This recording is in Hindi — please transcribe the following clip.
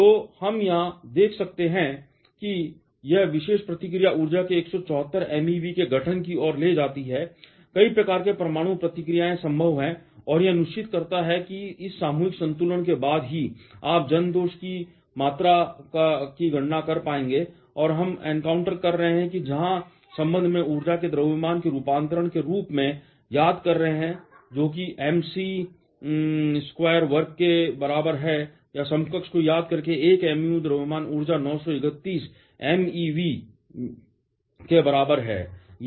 तो हम यहाँ देख सकते हैं कि यह विशेष प्रतिक्रिया ऊर्जा के 174 MeV के गठन की ओर ले जाती है कई प्रकार की परमाणु प्रतिक्रिया संभव है और यह सुनिश्चित करता है कि इस सामूहिक संतुलन के बाद ही आप जन दोष की मात्रा की गणना कर पाएंगे कि हम एनकाउंटर कर रहे हैं और जहां संबंध को ऊर्जा के द्रव्यमान के रूपांतरण के रूप में याद कर रहे हैं जो कि एमसी वर्ग के बराबर है या समकक्ष को याद करके 1 AMU द्रव्यमान ऊर्जा के 931 MeV के बराबर है